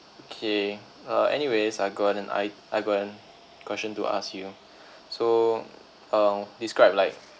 okay uh anyways I got an id~ I got an question to ask you so um describe like